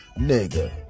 nigga